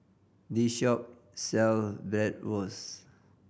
this shop sell Bratwurst